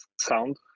sound